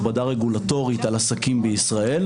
הכבדה רגולטורית על עסקים בישראל,